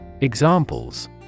examples